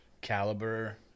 caliber